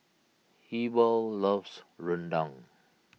Heber loves Rendang